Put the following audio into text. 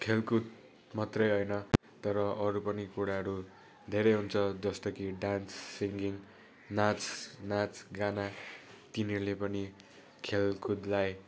खेलकुद मात्रै होइन तर अरू पनि कुराहरू धेरै हुन्छ जस्तै कि डान्स सिङ्गिङ नाच नाच गाना तिनीहरूले पनि खेलकुदलाई